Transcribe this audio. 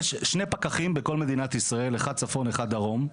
יש שני פקחים בכל מדינת ישראל: אחד בצפון ואחד בדרום,